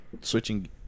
switching